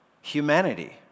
humanity